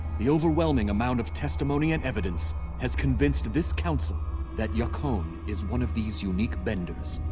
the overwhelming amount of testimony and evidence has convinced this council that yakone is one of these unique benders.